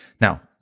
Now